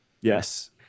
Yes